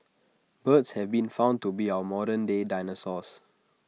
birds have been found to be our modern day dinosaurs